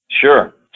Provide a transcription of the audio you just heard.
Sure